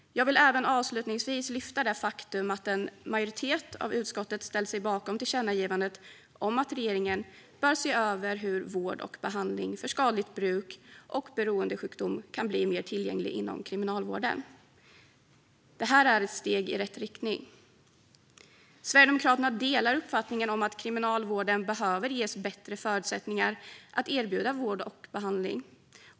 Jag vill avslutningsvis även lyfta upp att en majoritet av utskottet har ställt sig bakom det föreslagna tillkännagivandet om att regeringen bör se över hur vård och behandling för skadligt bruk och beroendesjukdom kan bli mer tillgänglig inom kriminalvården. Det är ett steg i rätt riktning. Sverigedemokraterna delar uppfattningen att kriminalvården behöver ges bättre förutsättningar att erbjuda vård och behandling.